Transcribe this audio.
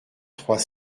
trois